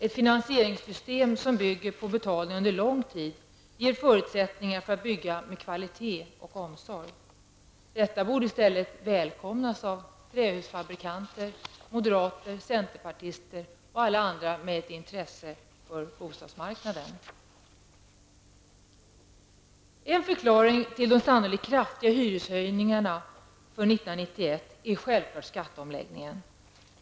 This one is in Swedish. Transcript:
Ett finansieringssystem som bygger på betalning under lång tid ger förutsättningar för att bygga med kvalitet och omsorg. Detta borde välkomnas av trähusfabrikanter, moderater, centerpartister och alla andra med ett intresse för bostadsmarknaden. En förklaring till de sannolikt kraftiga hyreshöjningarna för år 1991 är självfallet skatteomläggningen.